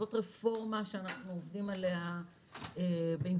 זאת רפורמה שאנחנו עובדים עליה באינטנסיביות